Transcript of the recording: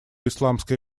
исламской